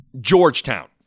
Georgetown